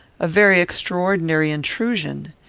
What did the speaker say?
a very extraordinary intrusion!